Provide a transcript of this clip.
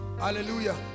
hallelujah